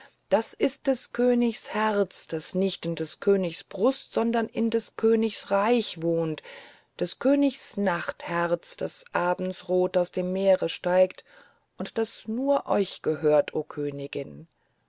das ist des königs herz das nicht in des königs brust sondern in des königs reich wohnt des königs nachtherz das abends rot aus dem meere steigt und das nur euch gehört o königin